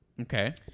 Okay